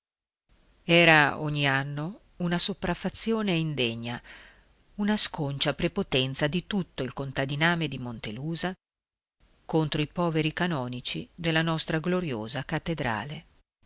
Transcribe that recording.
era ogni anno una sopraffazione indegna una sconcia prepotenza di tutto il contadiname di montelusa contro i poveri canonici della nostra gloriosa cattedrale